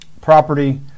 property